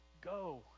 go